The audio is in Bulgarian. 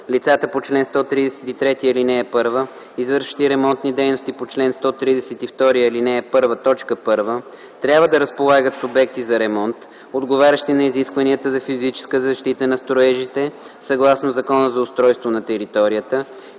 Лицата по чл. 133, ал. 1, извършващи ремонтни дейности по чл. 132, ал. 1, т. 1, трябва да разполагат с обекти за ремонт, отговарящи на изискванията за физическа защита на строежите съгласно Закона за устройство на територията